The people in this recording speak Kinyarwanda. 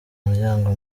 muryango